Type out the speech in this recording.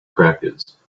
crackers